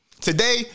Today